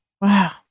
Wow